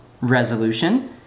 resolution